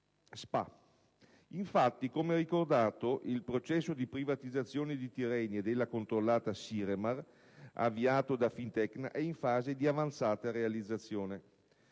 Spa. Infatti, come ricordato, il processo di privatizzazione di Tirrenia e della controllata Siremar, avviato da Fintecna, è in fase di avanzata realizzazione.